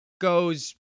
goes